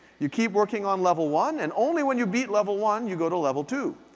you keep working on level one, and only when you beat level one, you go to level two.